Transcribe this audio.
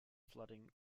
flooding